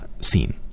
scene